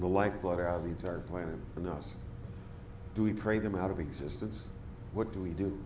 the lifeblood out of the entire planet and us do we pray them out of existence what do we do